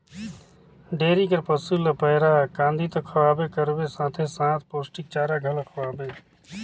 dairy कर पसू ल पैरा, कांदी तो खवाबे करबे साथे साथ पोस्टिक चारा घलो खवाथे